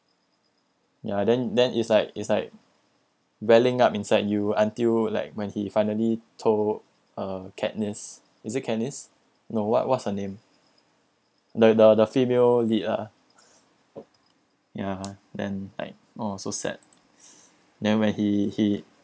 ya then then is like is like welling up inside you until like when he finally told uh katniss is it katniss no what what's her name the the the female lead ah ya then like oh so sad then when he he